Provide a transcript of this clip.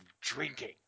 drinking